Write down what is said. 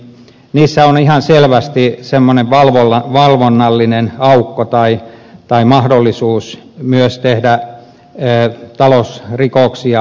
siinä on ihan selvästi semmoinen valvonnallinen aukko mahdollisuus tehdä talousrikoksia